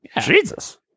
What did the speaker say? Jesus